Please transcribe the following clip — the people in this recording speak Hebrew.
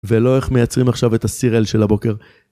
ולא איך מייצרים עכשיו את הסירל של הבוקר.